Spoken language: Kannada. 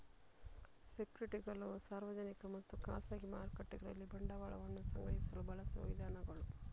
ಸೆಕ್ಯುರಿಟಿಗಳು ಸಾರ್ವಜನಿಕ ಮತ್ತು ಖಾಸಗಿ ಮಾರುಕಟ್ಟೆಗಳಲ್ಲಿ ಬಂಡವಾಳವನ್ನ ಸಂಗ್ರಹಿಸಲು ಬಳಸುವ ವಿಧಾನಗಳು